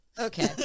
Okay